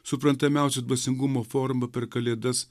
suprantamiausia dvasingumo forma per kalėdas